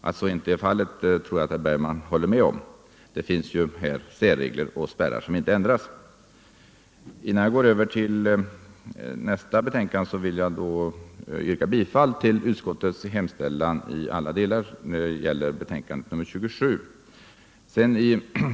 Att så inte är fallet tror jag att herr Bergman håller med om — det finns ju här särregler och spärrar som inte ändras.